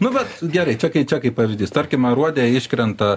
nu vat gerai čia kai čia kaip pavyzdys tarkim aruode iškrenta